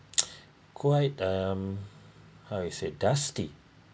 quite um how it say dusty